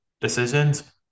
decisions